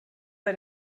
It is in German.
bei